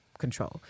Control